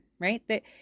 right